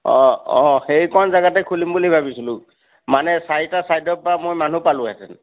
অঁ অঁ সেইকণ জেগাতে খুলিম বুলি ভাবিছিলোঁ মানে চাৰিটা ছাইডৰ পৰা মই মানুহ পালোহেঁতেন